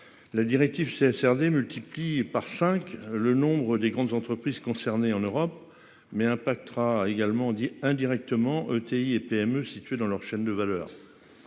La directive c'est cerner multiplie par 5 le nombre des grandes entreprises concernées en Europe mais impactera également dit indirectement ETI et PME située dans leur chaîne de valeur.